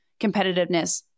competitiveness